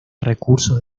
recursos